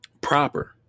proper